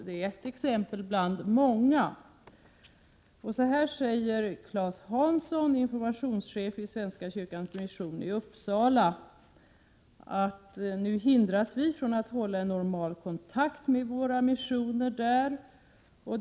Det är ett exempel bland många. Så här säger Klas Hansson, informationschef vid Svenska kyrkans mission i Uppsala: ”Nu hindras vi från att hålla en normal kontakt med våra missionärer där.